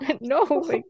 No